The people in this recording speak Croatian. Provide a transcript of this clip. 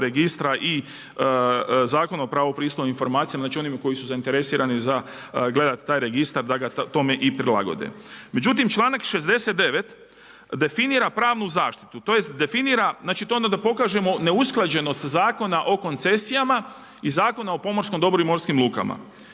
registra i Zakon o pravu na pristup informacijama, znači onima koji su zainteresirani za gledat taj registar da ga tome i prilagode. Međutim, članak 69. definira pravnu zaštitu, tj. definira, tj. to je onda da pokažemo neusklađenost Zakona o koncesijama i Zakona o pomorskom dobru i morskim lukama.